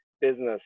business